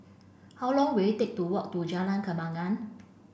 how long will it take to walk to Jalan Kembangan